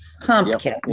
pumpkin